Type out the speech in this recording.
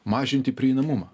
mažinti prieinamumą